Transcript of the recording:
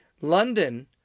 London